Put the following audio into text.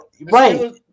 right